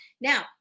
Now